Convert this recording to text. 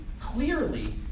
clearly